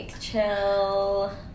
chill